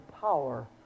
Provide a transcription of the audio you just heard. power